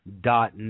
dot